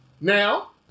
Now